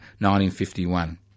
1951